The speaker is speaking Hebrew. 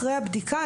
אחרי הבדיקה,